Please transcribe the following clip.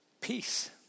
Peace